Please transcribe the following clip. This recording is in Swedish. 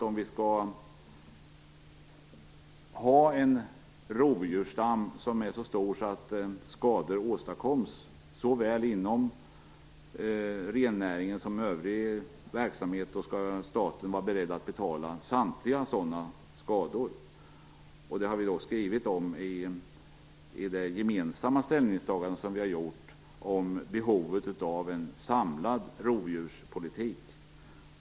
Om vi skall ha en rovdjursstam som är så stor så att skador uppstår inom såväl rennäringen som övrig verksamhet skall staten självfallet vara beredd att betala för samtliga sådana skador. Detta har vi skrivit om i vårt gemensamma ställningstagande vad gäller behovet av en samlad rovdjurspolitik.